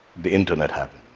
the internet happened.